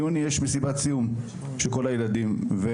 עוד יהיו וב-20 ביוני יש מסיבת סיום של כל הילדים ואנחנו